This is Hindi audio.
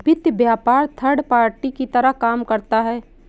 वित्त व्यापार थर्ड पार्टी की तरह काम करता है